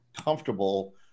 comfortable